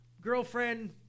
girlfriend